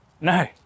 no